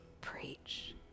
preach